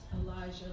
Elijah